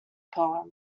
poem